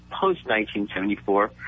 post-1974